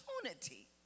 opportunity